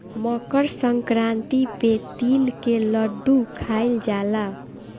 मकरसंक्रांति पे तिल के लड्डू खाइल जाला